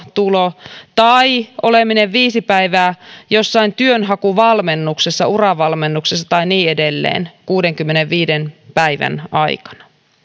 tulo tai oleminen viisi päivää jossain työnhakuvalmennuksessa uravalmennuksessa tai niin edelleen kuudenkymmenenviiden päivän aikana